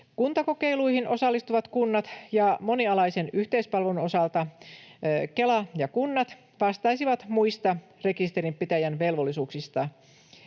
Kuntakokeiluihin osallistuvat kunnat ja monialaisen yhteispalvelun osalta Kela ja kunnat vastaisivat muista rekisterinpitäjän velvollisuuksista.